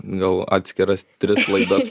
gal atskiras tris laidas